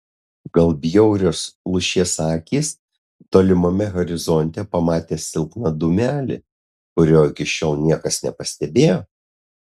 gal bjaurios lūšies akys tolimame horizonte pamatė silpną dūmelį kurio iki šiol niekas nepastebėjo